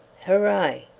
hooray!